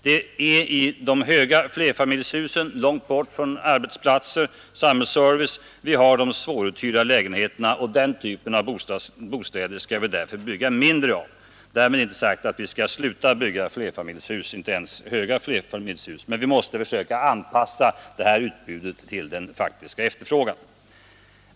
Det är i de höga flerfamiljshusen långt bort från arbetsplatser och samhällsservice som vi har de svåruthyrda lägenheterna, och den typen av bostäder skall vi därför bygga mindre av. Därmed inte sagt att vi skall sluta bygga flerfamiljshus, inte ens höga flerfamiljshus, men vi måste försöka anpassa utbudet till efterfrågan.